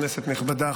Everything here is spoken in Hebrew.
כנסת נכבדה,